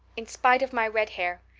in spite of my red hair.